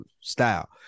style